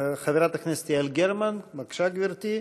חברת הכנסת יעל גרמן, בבקשה גברתי.